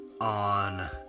on